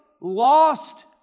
lost